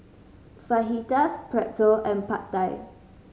Fajitas Pretzel and Pad Thai